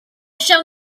shall